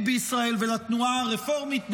בישראל ולתנועה הרפורמית בישראל.